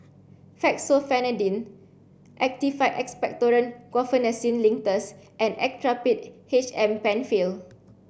Fexofenadine Actified Expectorant Guaiphenesin Linctus and Actrapid H M Penfill